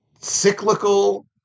cyclical